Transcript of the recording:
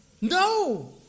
No